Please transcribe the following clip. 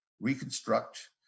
reconstruct